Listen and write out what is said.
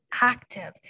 active